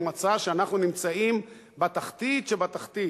ומצא שאנחנו נמצאים בתחתית של התחתית.